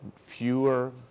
fewer